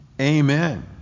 Amen